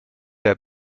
der